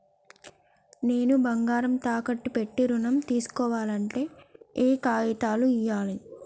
నేను బంగారం తాకట్టు పెట్టి ఋణం తీస్కోవాలంటే ఏయే కాగితాలు ఇయ్యాలి?